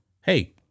Hey